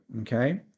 okay